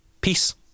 Peace